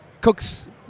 cooks